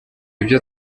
ibyo